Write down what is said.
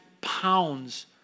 pounds